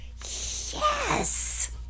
Yes